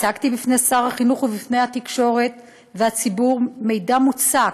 הצגתי בפני שר החינוך ובפני התקשורת והציבור מידע מוצק,